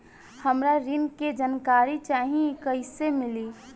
हमरा ऋण के जानकारी चाही कइसे मिली?